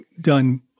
done